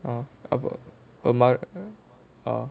oh அப்போ அப்புறம்:appo appuram oh